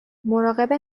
مراقب